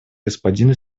господину